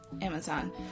Amazon